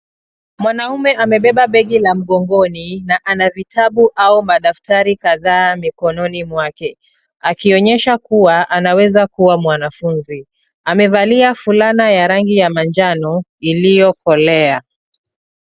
Mwanaume amebeba begi la mgongoni na ana vitabu au madaftari kadhaa mikononi mwake, akionyesha kuwa anaweza kuwa mwanafunzi. Amevalia fulana ya rangi ya manjano iliyokolea.